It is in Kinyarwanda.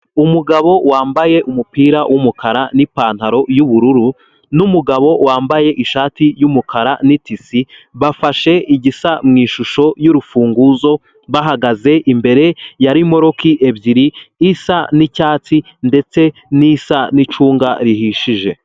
Umugabo wambaye umupira w'umukara n'ipantaro y'ubururu n'umugabo wambaye ishati y'umukara n'itisi bafashe igisa mu ishusho y'urufunguzo bahagaze imbere ya moruke ebyiri isa n'icyatsi ndetse nisa n'icunga rihishije.